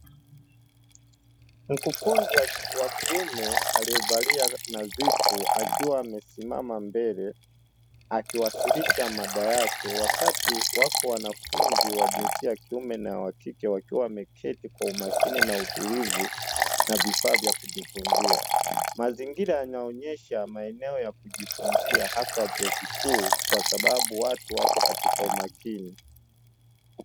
Mkufunzi wa kiume aliyevalia nadhifu akiwa amesimama mbele akiwasilisha mada yake, wakati wako wanafunzi wa jinsia ya kiume na wa kike wameketi kwa umakini na utulivu na vifaa vya kujifunzia. Mazingira yanaonyesha maeneo ya kujifunzia hasa vyuo vikuu kwasababu watu wapo katika umakini.